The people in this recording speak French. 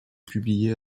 publiée